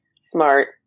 smart